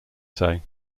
say